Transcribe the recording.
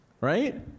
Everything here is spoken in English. Right